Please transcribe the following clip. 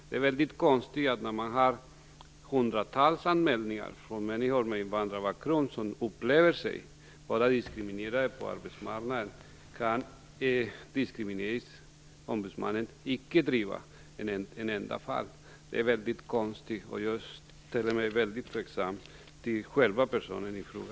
Det är väldigt konstigt att Diskrimineringsombudsmannen inte kan driva ett enda fall, när det finns hundratals anmälningar från människor med invandrarbakgrund som upplever sig vara diskriminerade på arbetsmarknaden. Jag ställer mig väldigt tveksam till själva personen i fråga.